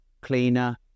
cleaner